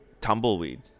tumbleweed